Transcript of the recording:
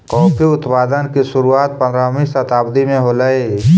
coffee उत्पादन की शुरुआत पंद्रहवी शताब्दी में होलई